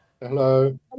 Hello